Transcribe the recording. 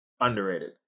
Underrated